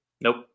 Nope